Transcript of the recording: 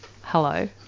Hello